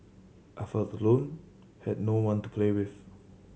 I felt alone had no one to play with